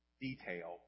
detail